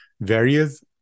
various